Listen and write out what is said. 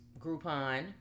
Groupon